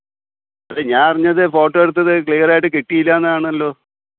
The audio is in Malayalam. അതേ ഞാൻ അറിഞ്ഞത് ഫോട്ടോ എടുത്തത് ക്ലിയറായിട്ട് കിട്ടീലാന്നാണല്ലോ